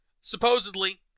supposedly